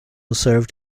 served